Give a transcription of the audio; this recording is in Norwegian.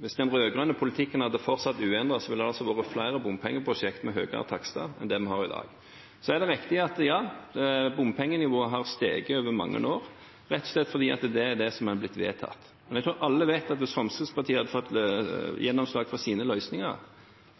Hvis den rød-grønne politikken hadde fortsatt uendret, ville det altså vært flere bompengeprosjekter, med høyere takster, enn det vi har dag. Så er det riktig – ja – at bompengenivået har steget over mange år, rett og slett fordi det er det som er blitt vedtatt. Men jeg tror alle vet at hvis Fremskrittspartiet hadde fått gjennomslag for sine løsninger,